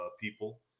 people